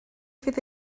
fydd